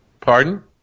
pardon